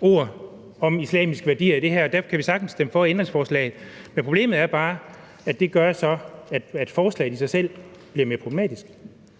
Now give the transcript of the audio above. ordene islamiske værdier i det her, og derfor kan vi sagtens stemme for ændringsforslaget, men problemet er bare, at det så gør, at forslaget i sig selv bliver mere problematisk.